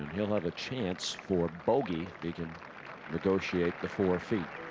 he'll have a chance for bogey, he can negotiate the four feet.